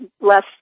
less